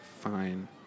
Fine